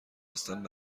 هستند